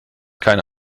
keine